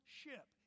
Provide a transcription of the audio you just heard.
ship